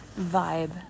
vibe